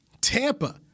Tampa